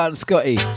Scotty